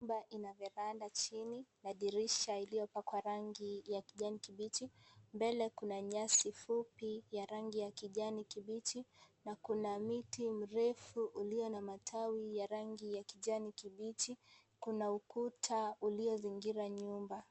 Nyumba ina varanda chini na dirisha iliyopakwa rangi ya kijani kibichi. Mbele, kuna nyasi fupi ya rangi ya kijani kibichi na kuna mti mrefu ulio na matawi ya rangi ya kijani kibichi. Kuna ukuta uliozingira nyumba.